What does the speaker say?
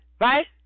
right